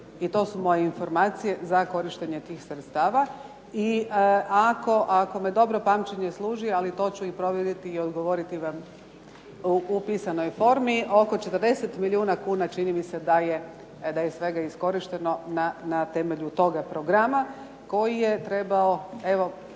i to su moje informacije za korištenje tih sredstava. I ako me dobro pamćenje služi, ali to ću i provjeriti i odgovoriti vam u pisanoj formi, oko 40 milijuna kuna čini mi se da je svega iskorišteno na temelju tog programa koji je trebao,